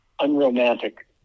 unromantic